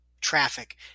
traffic